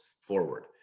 forward